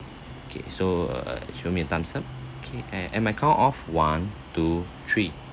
okay so uh show me a thumbs up okay and my count of one two three